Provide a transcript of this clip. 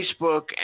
Facebook